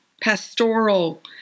pastoral